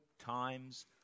times